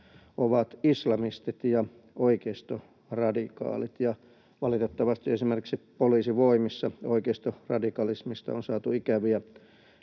ovat islamistit ja oikeistoradikaalit. Valitettavasti esimerkiksi poliisivoimissa oikeistoradikalismista on saatu ikäviä